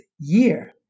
year